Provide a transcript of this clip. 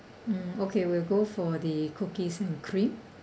mm okay we'll go for the cookies and cream